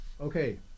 Okay